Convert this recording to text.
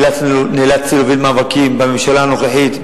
נאלצתי להוביל מאבקים בממשלה הנוכחית,